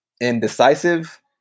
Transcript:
indecisive